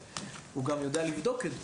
הוא גם יודע לבדוק את זה.